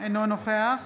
אינו נוכח